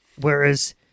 whereas